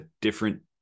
different